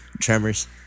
Tremors